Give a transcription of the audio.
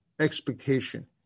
expectation